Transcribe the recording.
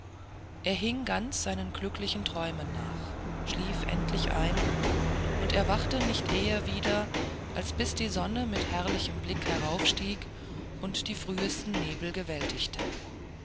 er hing ganz seinen glücklichen träumen nach schlief endlich ein und erwachte nicht eher wieder als bis die sonne mit herrlichem blick heraufstieg und die frühsten nebel